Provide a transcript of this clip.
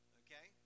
okay